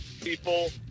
people